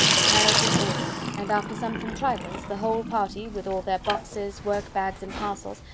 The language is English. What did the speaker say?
the carriage was ordered and after some contrivance, the whole party, with all their boxes, work-bags, and parcels,